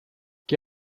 qué